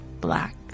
black